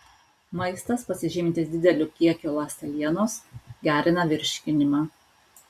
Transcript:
maistas pasižymintis dideliu kiekiu ląstelienos gerina virškinimą